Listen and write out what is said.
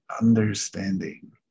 understanding